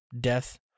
death